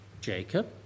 Jacob